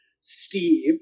Steve